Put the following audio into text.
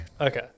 Okay